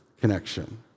connection